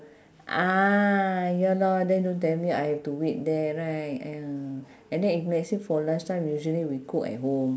ah ya lor then don't tell me I have to wait there right !aiya! and then if let's say for lunch time usually we cook at home